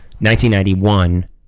1991